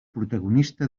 protagonista